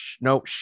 No